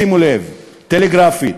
שימו לב, טלגרפית: